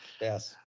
yes